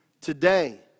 Today